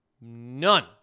none